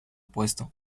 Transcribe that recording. puesto